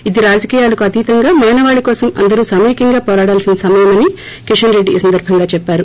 ఇది రాజకీయాలకు అతీతంగా మానవాళి కోసం అందరూ సమైక్యంగా పోరాడాల్సిన సమయమని కిషన్ రెడ్డి ఈ సందర్భంగా చెప్పారు